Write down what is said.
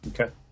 Okay